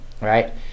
right